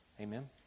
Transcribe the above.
Amen